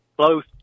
close